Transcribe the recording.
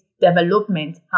development